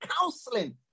counseling